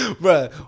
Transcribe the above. bro